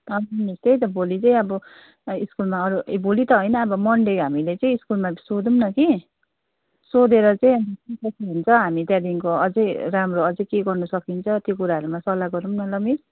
हजुर मिस त्यही त भोलि चाहिँ अब स्कुलमा अरू भोलि त होइन अब मनडे हामीले चाहिँ स्कुलमा सोधौँ न कि सोधेर चाहिँ अनि के कसो हुन्छ हामी त्यहाँदेखिको अझै राम्रो अझै के गर्न सकिन्छ त्यो कुराहरूमा सल्लाह गरौँ न ल मिस